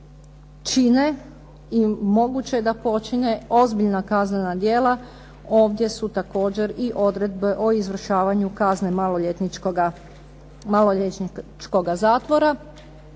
čine i moguće da počine ozbiljna kaznena djela, ovdje su također i odredbe o izvršavanju kazne maloljetničkoga zatvora.